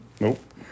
Nope